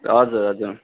हजुर हजुर